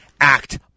act